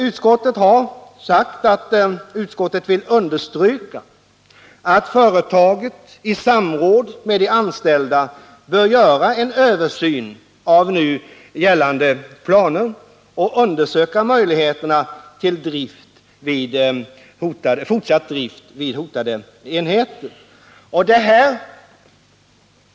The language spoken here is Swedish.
Utskottet framhåller att företagen i samråd med de anställda bör göra en översyn av gällande planer och undersöka möjligheterna till fortsatt drift vid hotade enheter.